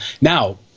Now